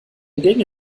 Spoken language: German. gänge